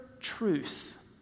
truth